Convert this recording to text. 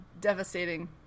devastating